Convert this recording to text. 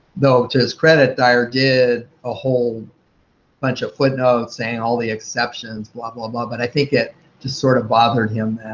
though to his credit, dyar did a whole bunch of footnotes and all the exceptions, blah, blah, blah. but i think it just sort of bothered him